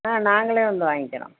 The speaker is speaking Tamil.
ஆ நாங்களே வந்து வாங்க்கிறோம்